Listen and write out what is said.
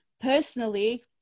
personally